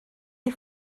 est